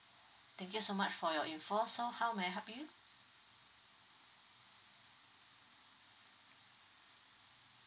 thank you so much for your info so how may I help you